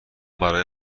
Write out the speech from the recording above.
برای